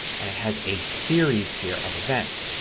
and it has a series here of events.